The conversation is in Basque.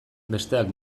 besteak